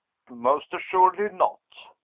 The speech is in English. most assuredly not.